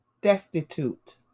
destitute